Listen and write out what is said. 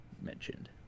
mentioned